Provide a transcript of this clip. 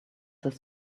this